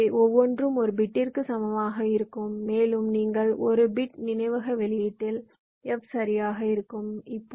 எனவே ஒவ்வொன்றும் ஒரு பிட்டிற்கு சமமாக இருக்கும் மேலும் அந்த பிட் நினைவக வெளியீட்டில் இருக்கும் அதை F ஆக கொள்ளலாம்